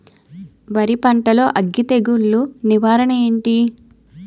వరి పంటలో అగ్గి తెగులు నివారణ ఏంటి?